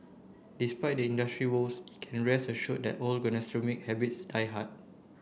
despite the industry's woes it can rest assured that old gastronomic habits die hard